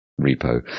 repo